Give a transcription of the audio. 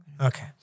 Okay